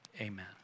Amen